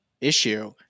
issue